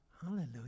Hallelujah